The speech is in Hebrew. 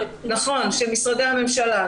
פקחים של משרדי הממשלה.